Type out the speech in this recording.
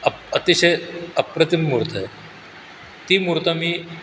up अतिशय अप्रतिम मूर्ती आहे ती मूर्ती मी